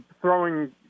throwing